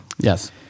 yes